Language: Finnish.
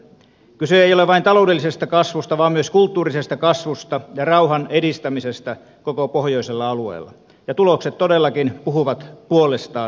kyse ei ole vain taloudellisesta kasvusta vaan myös kulttuurisesta kasvusta ja rauhan edistämisestä koko pohjoisella alueella ja tulokset todellakin puhuvat puolestaan